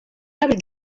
abric